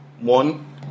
One